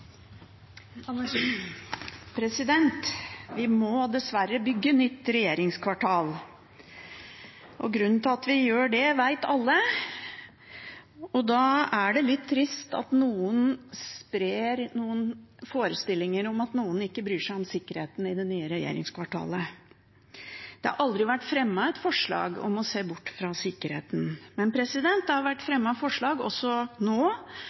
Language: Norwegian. det litt trist at noen sprer forestillinger om at noen ikke bryr seg om sikkerheten i det nye regjeringskvartalet. Det har aldri vært fremmet et forslag om å se bort fra sikkerheten. Men det har vært fremmet forslag både nå